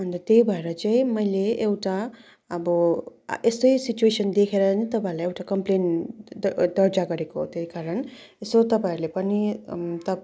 अन्त त्यही भएर चाहिँ मैले एउटा अब एस्तै सिचुएसन देखर नै तपाईँहरूलाई एउटा कम्पेलन दर्ता गरेको हो त्यही कारण एसो तपाईँहरूले पनि तप